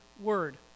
word